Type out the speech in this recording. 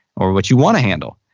or what you want to handle.